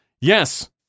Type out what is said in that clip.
Yes